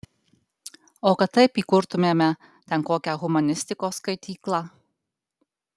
o kad taip įkurtumėme ten kokią humanistikos skaityklą